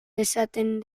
dezaten